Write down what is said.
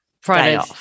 Friday